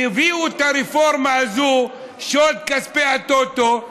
כשהביאו את הרפורמה הזאת, שוד כספי הטוטו,